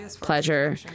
pleasure